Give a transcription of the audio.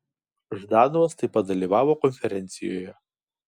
ždanovas taip pat dalyvavo konferencijoje